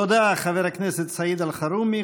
תודה, חבר הכנסת סעיד אלחרומי.